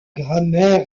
grammaire